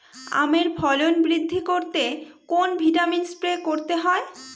আমের ফলন বৃদ্ধি করতে কোন ভিটামিন স্প্রে করতে হয়?